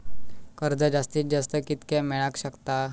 कर्ज जास्तीत जास्त कितक्या मेळाक शकता?